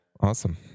Awesome